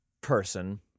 person